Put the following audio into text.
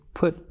put